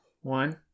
One